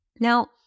Now